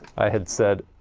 i had said